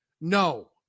No